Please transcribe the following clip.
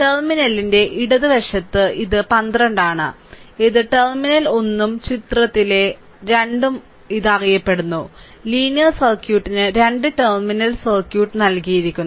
ടെർമിനലിന്റെ ഇടതുവശത്ത് ഇത് 1 2 ആണ് ഇത് ടെർമിനൽ 1 ഉം ചിത്രം r ലെ 2 ഉം ഇത് അറിയപ്പെടുന്നു ലീനിയർ സർക്യൂട്ടിന് രണ്ട് ടെർമിനൽ സർക്യൂട്ട് നൽകിയിരിക്കുന്നു